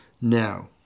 now